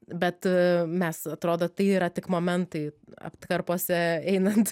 bet mes atrodo tai yra tik momentai atkarpose einant